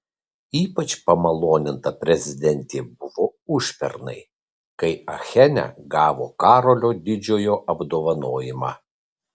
ypač pamaloninta prezidentė buvo užpernai kai achene gavo karolio didžiojo apdovanojimą